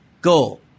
go